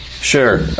sure